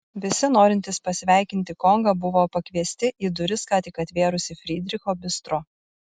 visi norintys pasveikinti kongą buvo pakviesti į duris ką tik atvėrusį frydricho bistro